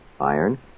Iron